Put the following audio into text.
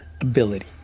ability